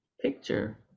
picture